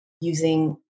using